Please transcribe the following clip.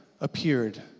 appeared